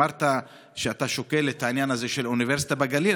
אמרת שאתה שוקל את העניין הזה של אוניברסיטה בגליל,